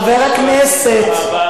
חבר הכנסת והבה,